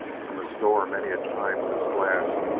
from his door many a time, with his glass,